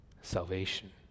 salvation